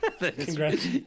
Congrats